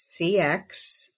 CX